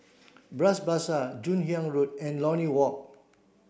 Bras Basah Joon Hiang Road and Lornie Walk